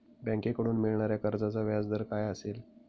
बँकेकडून मिळणाऱ्या कर्जाचा व्याजदर काय असेल?